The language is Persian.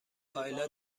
کایلا